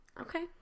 Okay